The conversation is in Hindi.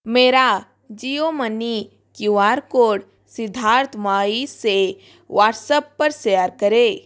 मेरा Jio money Q R code Siddharth म्वाई से व्हाट्सप पर सेयर करें